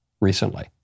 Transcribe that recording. recently